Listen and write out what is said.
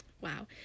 wow